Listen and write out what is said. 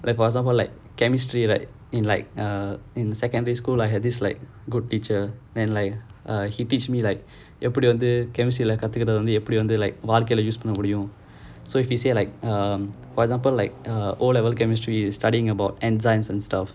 like for example like chemistry right in like err in secondary school I had this like good teacher and like uh he teach me like எப்பிடி வந்து:eppidi vanthu chemistry lah கத்துக்குறது வந்து எப்பிடி வந்து வாழ்க்கைல:kathukurathu vanthu epidi vanthu vazhkaila use பண்ண முடியும்:panna mudiyum so if you say like uh for example like uh O level chemistry you studying about enzymes and stuff